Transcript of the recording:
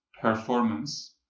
performance